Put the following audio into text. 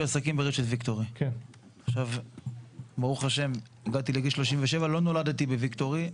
ברוך השם הגעתי לגיל 37, לא נולדתי ב-ויקטורי.